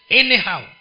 anyhow